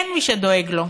אין מי שדואג לו.